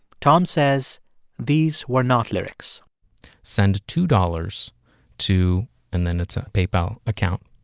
tom says these were not lyrics send two dollars to and then it's a paypal account.